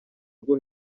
rwo